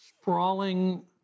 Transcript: sprawling